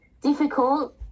difficult